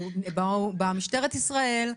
באה משטרת ישראל,